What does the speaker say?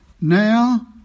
now